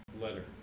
letter